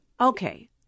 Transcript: okay